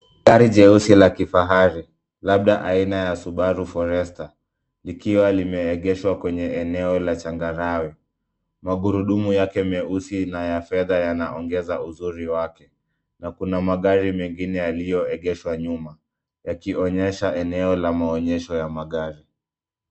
Gari jeusi la kifahari, labda aina ya Subaru Forester, likiwa limeegeshwa kwenye eneo la changarawe. Magurudumu yake meusi na ya fedha yanaongeza uzuri wake, na kuna magari mengine yaliyoegeshwa nyuma yakionyesha eneo la maonyesho ya magari.